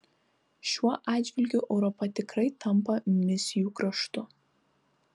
šiuo atžvilgiu europa tikrai tampa misijų kraštu